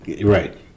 Right